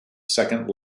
second